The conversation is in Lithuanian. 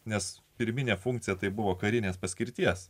nes pirminė funkcija tai buvo karinės paskirties